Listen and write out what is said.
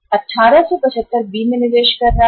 1875 B में निवेश कर रहा है